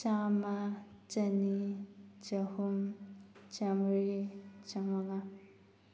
ꯆꯥꯝꯃ ꯆꯅꯤ ꯆꯍꯨꯝ ꯆꯝꯃꯔꯤ ꯆꯃꯉꯥ